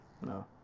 No